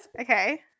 Okay